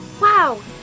wow